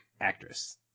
actress